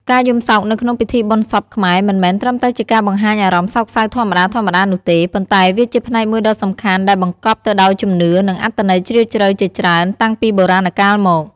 ការយំសោកនៅក្នុងពិធីបុណ្យសពខ្មែរមិនមែនត្រឹមតែជាការបង្ហាញអារម្មណ៍សោកសៅធម្មតាៗនោះទេ ប៉ុន្តែវាជាផ្នែកមួយដ៏សំខាន់ដែលបង្កប់ទៅដោយជំនឿ និងអត្ថន័យជ្រាលជ្រៅជាច្រើន តាំងពីបុរាណកាលមក។